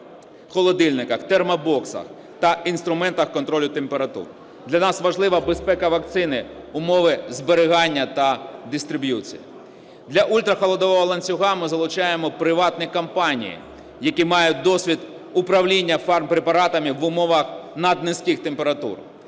холодильниках, термобоксах та інструментах контролю температур. Для нас важлива безпека вакцини, умови зберігання та дистриб'юції. Для ультрахолодового ланцюга ми залучаємо приватні компанії, які мають досвід управління фармпрепаратами в умовах наднизьких температур,